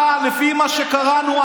לפי מה שקראנו,